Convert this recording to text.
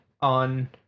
on